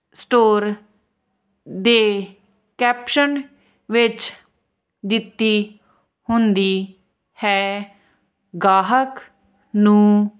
store ਦੇ caption ਵਿੱਚ ਦਿੱਤੀ ਹੁੰਦੀ ਹੈ ਗਾਹਕ ਨੂੰ